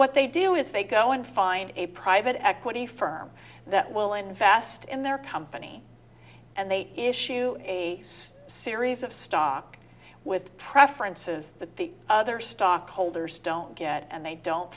what they do is they go and find a private equity firm that will invest in their company and they issue a series of stock with preferences that the other stockholders don't get and they don't